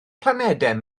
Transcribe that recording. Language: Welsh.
planedau